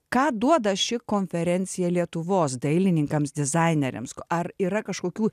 ką duoda ši konferencija lietuvos dailininkams dizaineriams ar yra kažkokių